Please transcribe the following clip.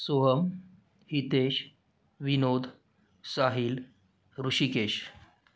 Soham Hitesh Vinod Sahil Rishikesh